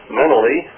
mentally